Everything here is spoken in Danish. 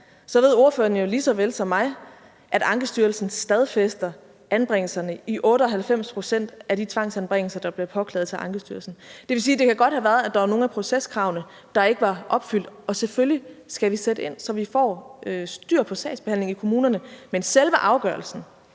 så ved ordføreren jo lige så vel som mig, at Ankestyrelsen stadfæster anbringelserne i 98 pct. af de tvangsanbringelsessager, der bliver påklaget til Ankestyrelsen. Det vil sige, at det godt kan have været sådan, at der var nogle af proceskravene, der ikke var opfyldt – og selvfølgelig skal vi sætte ind, så vi får styr på sagsbehandlingen i kommunerne – men selve afgørelsen